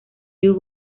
you